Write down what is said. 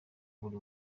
buri